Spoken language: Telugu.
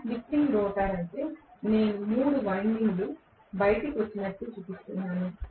ఇది స్లిప్ రింగ్ రోటర్ అయితే నేను 3 వైండింగ్లు బయటకు వచ్చినట్లు చూపిస్తాను